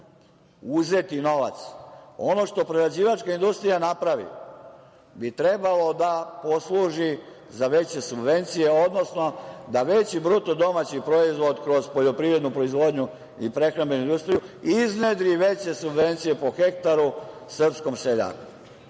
uzeti novac. Ono što prerađivačka industrija napravi bi trebalo da posluži za veće subvencije, odnosno da veći BDP kroz poljoprivrednu proizvodnju i prehrambenu industriju iznedri veće subvencije po hektaru srpskom seljaku. Ja